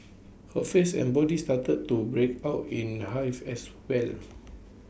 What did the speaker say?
her face and body started to break out in hives as well